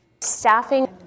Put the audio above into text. Staffing